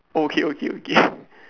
okay okay okay